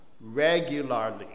regularly